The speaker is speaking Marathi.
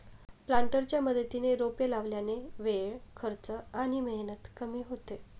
प्लांटरच्या मदतीने रोपे लावल्याने वेळ, खर्च आणि मेहनत कमी होते